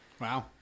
Wow